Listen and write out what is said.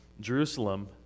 Jerusalem